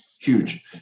huge